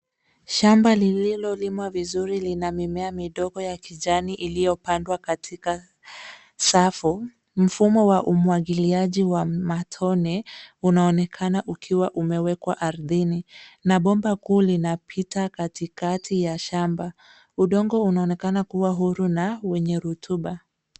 Shamba lililolimwa vizuri lina mimea midogo ya kijani iliyopandwa katika safu. Mfumo wa umwagiliaji wa matone unaonekana ukiwa umewekwa ardhini na bomba kuu linapita katikati ya shamba. Udongo unaonekana kuwa huru na wenye rutuba.